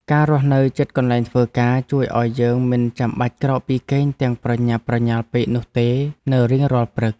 ការរស់នៅជិតកន្លែងធ្វើការជួយឱ្យយើងមិនចាំបាច់ក្រោកពីគេងទាំងប្រញាប់ប្រញាល់ពេកនោះទេនៅរៀងរាល់ព្រឹក។